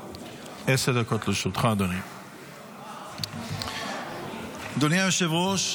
ברשותכם, אקרא את תקציר החוק.